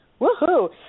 Woohoo